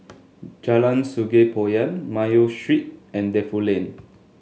Jalan Sungei Poyan Mayo Street and Defu Lane